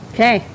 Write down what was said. Okay